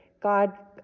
god